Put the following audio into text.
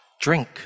Drink